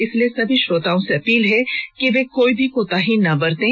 इसलिए सभी श्रोताओं से अपील है कि कोई भी कोताही ना बरतें